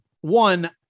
One